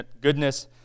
goodness